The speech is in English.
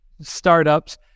startups